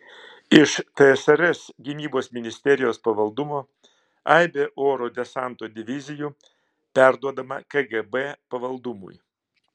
iš tsrs gynybos ministerijos pavaldumo aibė oro desanto divizijų perduodama kgb pavaldumui